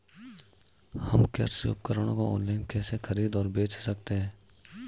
हम कृषि उपकरणों को ऑनलाइन कैसे खरीद और बेच सकते हैं?